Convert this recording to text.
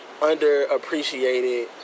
underappreciated